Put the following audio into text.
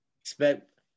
Expect